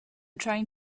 trying